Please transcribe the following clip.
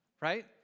right